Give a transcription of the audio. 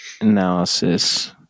analysis